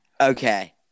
Okay